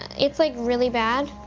it's like really bad,